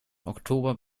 oktober